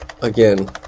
again